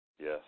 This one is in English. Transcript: Yes